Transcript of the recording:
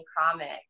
comic